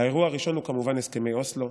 האירוע הראשון הוא כמובן הסכמי אוסלו,